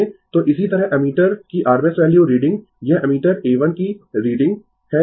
तो इसी तरह एमीटर की RMS वैल्यू रीडिंग यह एमीटर A 1 की रीडिंग है